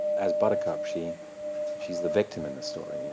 as buttercup, she's she's the victim in the story. and